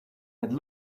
had